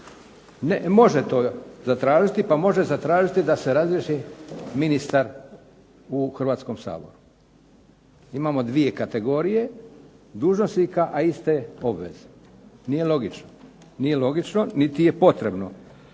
može to zatražiti, pa može zatražiti da se razriješi ministar u Hrvatskom saboru. Imamo dvije kategorije dužnosnika a iste obveze. Nije logično niti je potrebno.